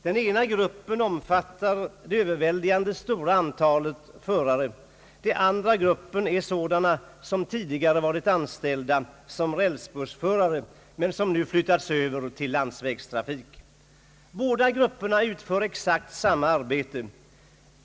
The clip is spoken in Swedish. Den ena gruppen omfattar det överväldigande flertalet förare. Den andra gruppen är sådana som tidigare varit anställda som rälsbussförare men som nu flyttats över till landsvägstrafik. Båda grupperna utför exakt samma arbete.